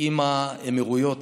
עם האמירויות,